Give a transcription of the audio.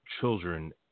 children